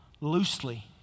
loosely